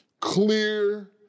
clear